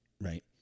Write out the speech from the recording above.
right